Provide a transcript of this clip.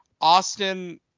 Austin